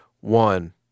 One